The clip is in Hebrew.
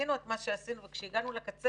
עשינו את מה שעשינו וכשהגענו לקצה,